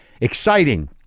Exciting